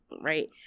Right